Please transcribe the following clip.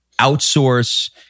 outsource